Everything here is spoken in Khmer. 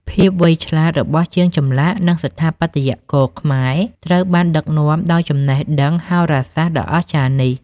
ភាពវៃឆ្លាតរបស់ជាងចម្លាក់និងស្ថាបត្យករខ្មែរត្រូវបានដឹកនាំដោយចំណេះដឹងហោរាសាស្ត្រដ៏អស្ចារ្យនេះ។